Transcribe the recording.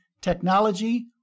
technology